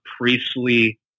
priestly